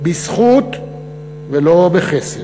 בזכות ולא בחסד,